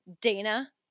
Dana